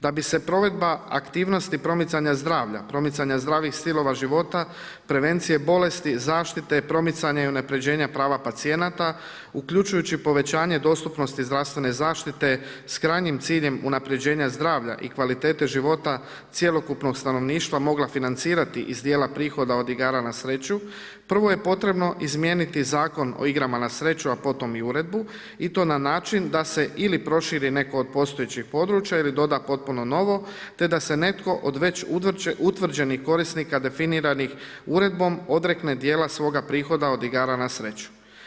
Da bi se provedba aktivnosti promicanja zdravlja, promicanja zdravih stilova života, prevencije bolesti, zaštite, promicanja i unapređenja prava pacijenata, uključujući povećanje dostupnosti zdravstvene zaštite, s krajnjim ciljem unapređenja zdravlja i kvalitete života cjelokupnog stanovništva mogla financirati iz djela prihoda od igara na sreću, prvo je potrebno izmijeniti Zakon o igrama na sreću, a potom i uredbu i to na način da se, ili proširi neko od postojećih područja ili doda potpuno novo, te da se netko od već utvrđenih korisnika definiranih uredbom odrekne djela svoga prihoda od igara na sreću.